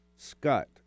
Scott